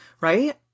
right